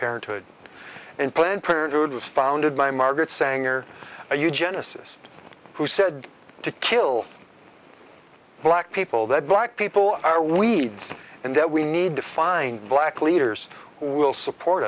parenthood and planned parenthood was founded by margaret sanger you genesis who said to kill black people that black people are we and that we need to find black leaders who will support